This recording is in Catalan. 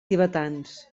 tibetans